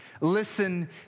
Listen